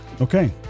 okay